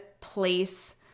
place